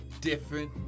different